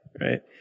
right